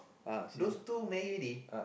those two married already